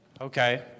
Okay